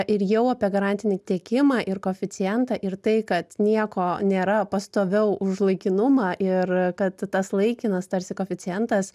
ir jau apie garantinį tiekimą ir koeficientą ir tai kad nieko nėra pastoviau už laikinumą ir kad tas laikinas tarsi koeficientas